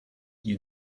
you